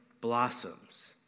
blossoms